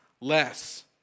less